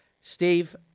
Steve